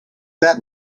that